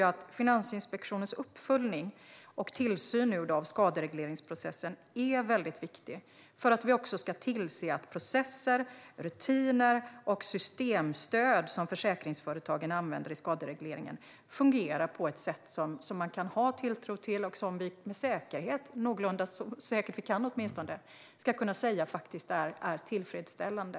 Finansinspektionens uppföljning och tillsyn av skaderegleringsprocessen är också viktig för att vi ska tillse att de processer, rutiner och systemstöd som försäkringsföretagen använder i skaderegleringen fungerar på ett sätt som man kan ha tilltro till och som vi, åtminstone så säkert vi kan, ska kunna säga är tillfredsställande.